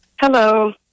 hello